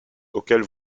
auquel